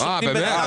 באמת?